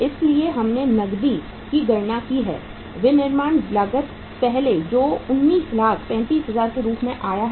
इसलिए हमने नकदी की गणना की है विनिर्माण लागत पहले जो 1935000 के रूप में आया है